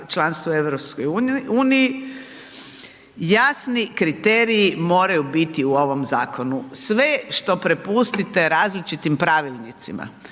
članstvo u EU, jasni kriteriji moraju biti u ovom zakonu. Sve što prepustite različitim pravilnicima,